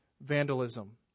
vandalism